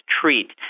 treat